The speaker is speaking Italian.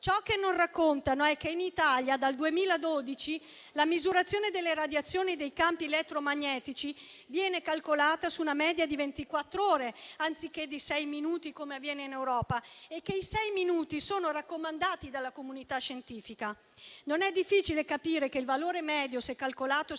Ciò che non racconta è che in Italia, dal 2012, la misurazione delle radiazioni dei campi elettromagnetici viene calcolata su una media di ventiquattro ore anziché di sei minuti, come avviene in Europa, e che i sei minuti sono raccomandati dalla comunità scientifica. Non è difficile capire che, se il valore medio è calcolato